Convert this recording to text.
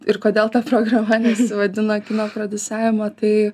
ir kodėl ta programa nesivadino kino prodiusavimo tai